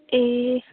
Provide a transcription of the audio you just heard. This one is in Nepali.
ए